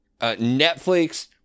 Netflix